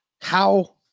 how-